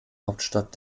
hauptstadt